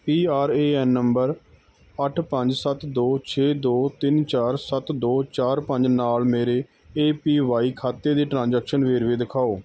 P R A N number ਅੱਠ ਪੰਜ ਸੱਤ ਦੋ ਛੇ ਦੋ ਤਿੰਨ ਚਾਰ ਸੱਤ ਦੋ ਚਾਰ ਪੰਜ ਨਾਲ ਮੇਰੇ ਏ ਪੀ ਵਾਈ ਖਾਤੇ ਦੇ ਟ੍ਰਾਂਜ਼ੈਕਸ਼ਨ ਵੇਰਵੇ ਦਿਖਾਓ